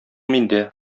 миндә